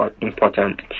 important